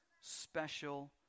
special